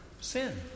sin